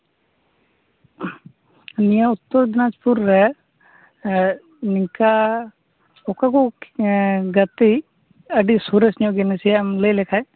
ᱱᱤᱭᱟᱹ ᱩᱛᱛᱚᱨᱫᱤᱱᱟᱡᱯᱩᱨ ᱨᱮ ᱱᱤᱝᱠᱟ ᱚᱠᱟ ᱠᱚ ᱜᱟᱛᱮᱜ ᱟᱹᱰᱤ ᱥᱚᱨᱮᱥ ᱧᱚᱜ ᱜᱮ ᱱᱟᱥᱮᱭᱟᱜ ᱮᱢ ᱞᱟᱹᱭ ᱞᱮᱠᱷᱟᱡ